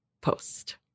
post